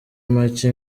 make